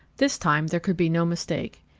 this time there could be no mistake.